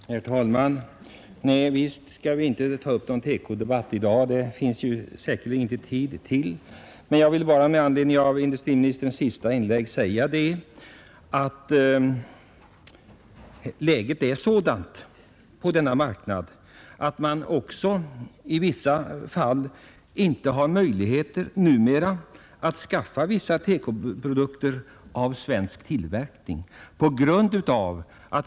Herr talman! Nej, vi skall inte ta upp någon TEKO-debatt i dag; det medger inte tiden. Men med hänsyn till industriministerns senaste inlägg vill jag säga att den svenska tillverkningen minskat i sådan utsträckning att man i dag inte kan köpa vissa TEKO-produkter av svensk tillverkning.